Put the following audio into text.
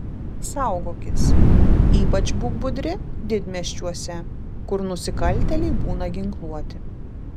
saugokis ypač būk budri didmiesčiuose kur nusikaltėliai būna ginkluoti